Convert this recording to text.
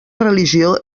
religió